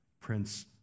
Prince